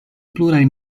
pluraj